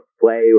play